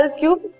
cube